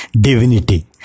divinity